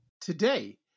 Today